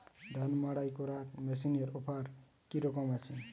ধান মাড়াই করার মেশিনের অফার কী রকম আছে?